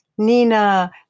Nina